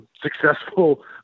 Successful